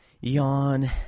yawn